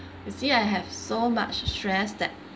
you see I have so much stress that